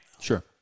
Sure